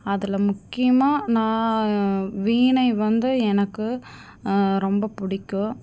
அதில் முக்கியமாக நான் வீணை வந்து எனக்கு ரொம்ப பிடிக்கும்